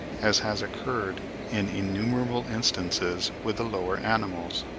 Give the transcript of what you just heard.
as has occurred in innumerable instances with the lower animals.